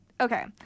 Okay